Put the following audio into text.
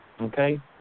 okay